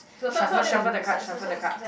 shuffle shuffle the card shuffle the card